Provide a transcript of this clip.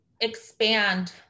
expand